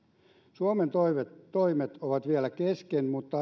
suomen toimet toimet ovat vielä kesken mutta